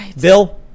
Bill